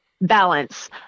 Balance